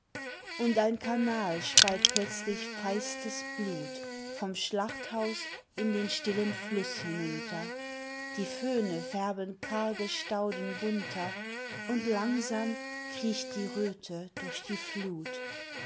und ein kanal speit plötzlich feistes blut vom schlachthaus in den stillen fluß hinunter die föhne färben karge stauden bunter und langsam kriecht die röte durch die flut